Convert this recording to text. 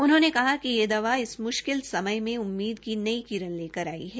उन्होंने कहा कि यह दवा इस म्श्किल समय में उम्मीद की नई किरण लेकर आई है